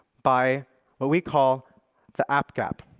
by what we call the app gap,